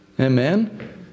Amen